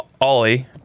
Ollie